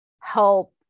help